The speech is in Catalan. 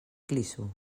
clisso